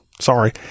sorry